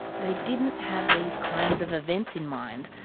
they didn't have these kinds of events in mind,